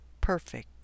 perfect